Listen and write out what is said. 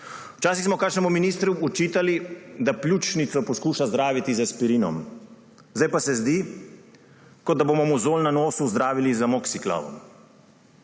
Včasih smo kakšnemu ministru očitali, da pljučnico poskuša zdraviti z aspirinom, zdaj pa se zdi, kot da bomo mozolj na nosu zdravili z amoksiklavom.